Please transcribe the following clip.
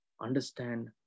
understand